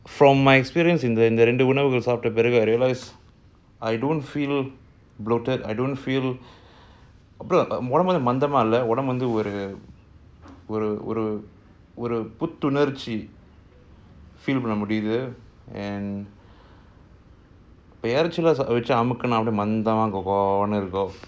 from my experience in the இந்தஇந்தரெண்டுஉணவுசாப்பிட்டபிறகு:indha indha rendu unavu sapita piraku because I don't feel bloated I don't feel முதல்முறையாமந்தமாஇல்லஉடம்புவந்துஒருஒருஒருபுத்துணர்ச்சி:muthalmuraya manthama illa udambu vandhu oru oru oru oru puthunarchi feel பண்ணமுடியுது:panna mudiuthu and அமுக்குனாகூடமந்தஒருமாதிரிஇருக்கும்:amukuna kooda mandha orumadhiri irukkum